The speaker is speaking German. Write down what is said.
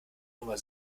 nummer